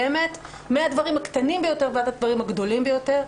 מהדברים הקטנים ביותר ועד הדברים הגדולים ביותר.